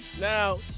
Now